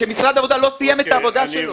כשמשרד העבודה לא סיים את עבודתו.